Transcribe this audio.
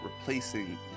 replacing